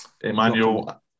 Emmanuel